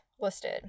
listed